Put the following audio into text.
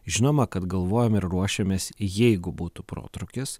žinoma kad galvojam ir ruošiamės jeigu būtų protrūkis